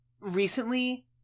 recently